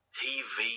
tv